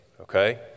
Okay